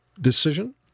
decision